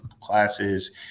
classes